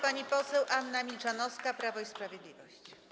Pani poseł Anna Milczanowska, Prawo i Sprawiedliwość.